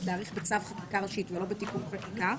להאריך בצו חקיקה ראשית ולא בתיקון חקיקה.